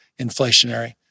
inflationary